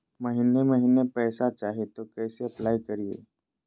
महीने महीने पैसा चाही, तो कैसे अप्लाई करिए?